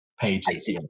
pages